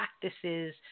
practices